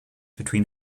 between